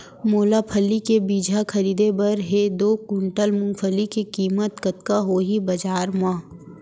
मोला फल्ली के बीजहा खरीदे बर हे दो कुंटल मूंगफली के किम्मत कतका होही बजार म?